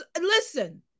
Listen